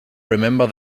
remember